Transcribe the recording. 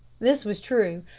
this was true.